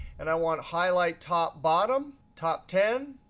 and i want to highlight top bottom, top ten.